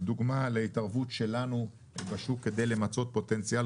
דוגמה להתערבות שלנו בשוק כדי למצות פוטנציאל